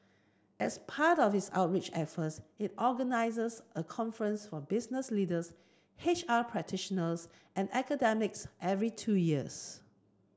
as part of its outreach efforts it organises a conference for business leaders H R practitioners and academics every two years